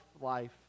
life